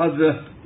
आज